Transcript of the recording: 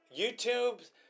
YouTube